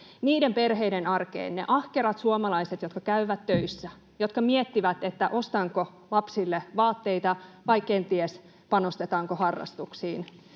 perheiden arkeen, niiden ahkerien suomalaisten arkeen, jotka käyvät töissä, jotka miettivät, ostanko lapsille vaatteita vai panostetaanko kenties harrastuksiin.